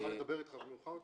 אוכל לדבר אתך מאוחר יותר?